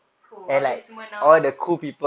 who are this semua nak